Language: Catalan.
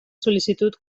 sol·licitud